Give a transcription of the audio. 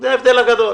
זה ההבדל הגדול